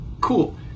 Cool